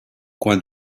coin